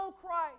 Christ